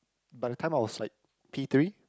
by the time I was like P-three